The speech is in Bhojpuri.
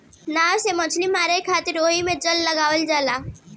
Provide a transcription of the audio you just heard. नाव से मछली मारे खातिर ओहिमे जाल लगावल जाला